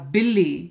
Billy